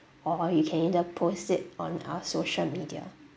or you can either post it on our social media